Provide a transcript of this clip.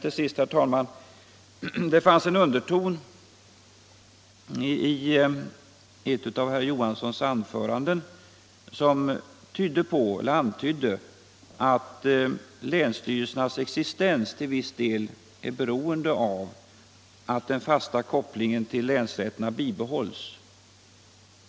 Till sist, herr talman: Det fanns i ett av herr Johanssons anföranden en underton som antydde att länsstyrelsernas existens till viss del är beroende av att den fasta kopplingen till länsrätterna bibehålls.